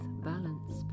balance